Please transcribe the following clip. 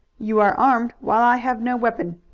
you are armed, while i have no weapon.